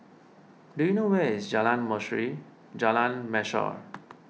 do you know where is Jalan Mashhor Jalan